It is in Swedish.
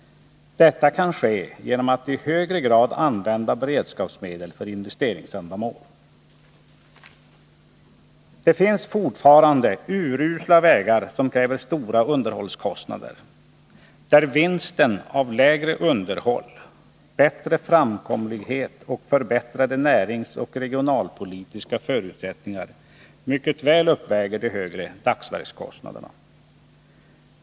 Detta kan ske genom att man i högre grad använder beredskapsmedel för investeringsändamål. Det finns fortfarande urusla vägar som drar stora underhållskostnader, där vinsten av lägre underhåll, bättre framkomlighet och förbättrade näringsoch regionalpolitiska förutsättningar mycket väl uppväger de högre dagsverkskostnaderna.